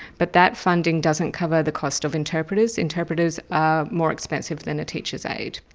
but that funding doesn't cover the cost of interpreters. interpreters are more expensive than a teacher's aide.